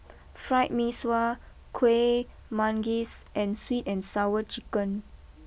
Fried Mee Sua Kueh Manggis and sweet and Sour Chicken